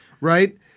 right